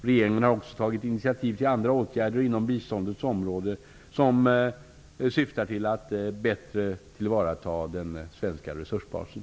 Regeringen har också tagit initiativ till andra åtgärder inom biståndets område som syftar till att bättre tillvarata den svenska resursbasen.